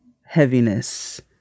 heaviness